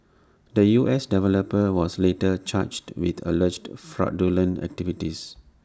the U S developer was later charged with alleged fraudulent activities